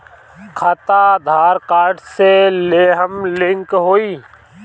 खाता आधार कार्ड से लेहम लिंक होई?